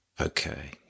Okay